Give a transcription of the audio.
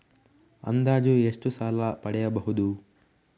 ಅಂದಾಜು ಎಷ್ಟು ಸಾಲ ಪಡೆಯಬಹುದು?